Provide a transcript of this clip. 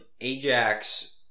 Ajax